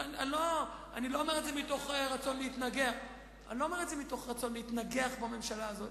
אני לא אומר את זה מתוך רצון להתנגח עם הממשלה הזאת.